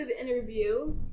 interview